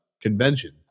convention